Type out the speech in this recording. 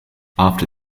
after